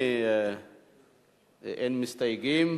אין מסתייגים,